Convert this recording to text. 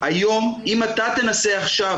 אם אתה תנסה עכשיו,